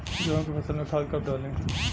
गेहूं के फसल में खाद कब डाली?